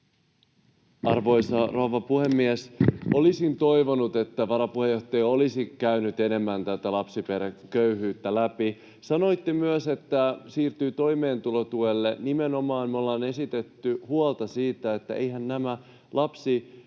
Arvoisa rouva puhemies! Olisin toivonut, että varapuheenjohtaja olisi käynyt enemmän tätä lapsiperheköyhyyttä läpi. Sanoitte myös, että siirtyy toimeentulotuelle. Me ollaan esitetty huolta nimenomaan siitä, että eiväthän nämä lapsilisät